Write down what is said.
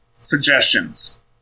Suggestions